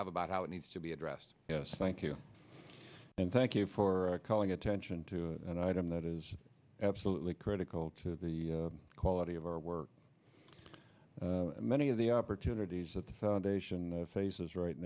have about how it needs to be addressed yes thank you and thank you for calling attention to an item that is absolutely critical to the quality of our work many of the opportunities that the foundation faces right